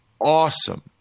awesome